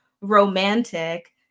romantic